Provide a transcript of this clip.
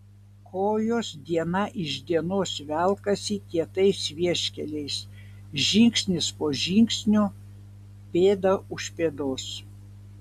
kojos diena iš dienos velkasi kietais vieškeliais žingsnis po žingsnio pėda už pėdos